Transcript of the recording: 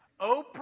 Oprah